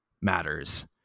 matters